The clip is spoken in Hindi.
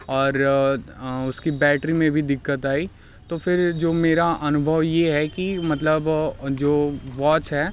और उसकी बैटरी में भी दिक़्क़त आई तो फिर जो मेरा अनुभव ये है कि मतलब जो वॉच है